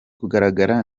kugaragara